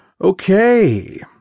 Okay